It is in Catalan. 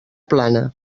plana